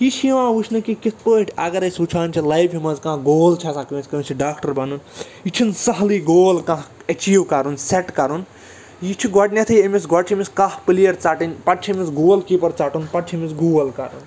یہِ چھِ یِوان وُچھنہٕ کہِ کِتھٕ پٲٹھۍ اگر أسۍ وُچھان چھِ لایفہِ منٛز کانٛہہ گول چھِ آسان کانٛسہِ کانٛسہِ چھُ ڈاکٹر بَنُن یہِ چھُنہٕ سہلٕے گول کانٛہہ أچیوٗ کَرُن سٮ۪ٹ کَرُن یہِ چھُ گۄڈٕنٮ۪تھٕے أمِس گۄڈٕ چھِ أمِس کاہ پُلیر ژَٹٕںۍ پتہٕ چھِ أمِس گول کیٖپَر ژَٹُن پتہٕ چھِ أمِس گول کَرُن